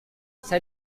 saya